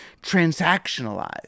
transactionalized